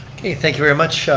okay, thank you very much,